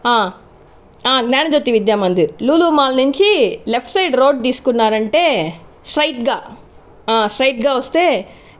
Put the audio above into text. ఆ ఆ Jnanajyothi Vidyamandir Lulu mall నుంచి లెఫ్ట్ సైడ్ రోడ్ తీసుకున్నారంటే స్ట్రైట్గా స్ట్రైట్గా వస్తే